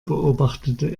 beobachtete